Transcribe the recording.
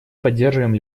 поддерживаем